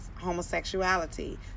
homosexuality